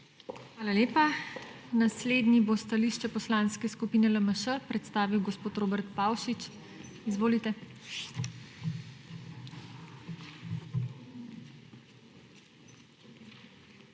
HEFERLE:** Naslednji bo stališče Poslanske skupine LMŠ predstavil gospod Robert Pavšič. Izvolite.